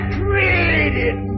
created